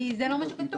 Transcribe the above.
כי זה לא מה שכתוב.